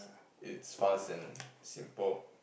it's fast and simple